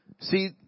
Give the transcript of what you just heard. See